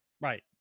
Right